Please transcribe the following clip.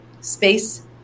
space